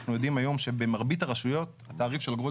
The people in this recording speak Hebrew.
אנחנו יודעים היום שבמרבית הרשויות התעריף של אגרות